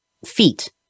Feet